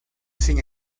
sin